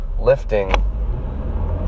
lifting